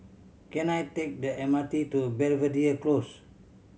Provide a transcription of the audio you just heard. can I take the M R T to Belvedere Close